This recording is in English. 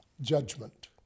judgment